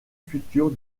future